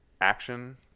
action